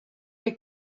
est